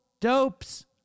dopes